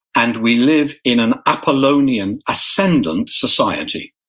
and we live in an apollonian ascendant society.